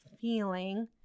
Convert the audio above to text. feeling